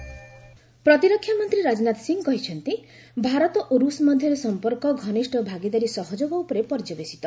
ରାଜନାଥ ରୁଷ୍ ଭିଜିଟ୍ ପ୍ରତିରକ୍ଷା ମନ୍ତ୍ରୀ ରାଜନାଥ ସିଂହ କହିଛନ୍ତି ଭାରତ ଓ ରୁଷ ମଧ୍ୟରେ ସମ୍ପର୍କ ଘନିଷ୍ଠ ଭାଗିଦାରୀ ସହଯୋଗ ଉପରେ ପର୍ଯ୍ୟବେଶିତ